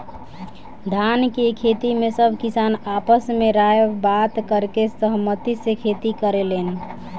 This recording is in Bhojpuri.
धान के खेती में सब किसान आपस में राय बात करके सहमती से खेती करेलेन